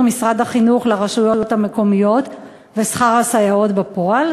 משרד החינוך לרשויות המקומיות לשכר הסייעות בפועל?